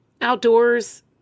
outdoors